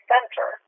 Center